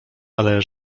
ale